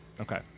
okay